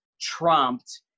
trumped